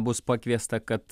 bus pakviesta kad